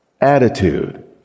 attitude